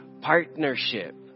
partnership